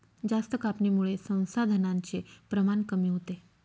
जास्त कापणीमुळे संसाधनांचे प्रमाण कमी होते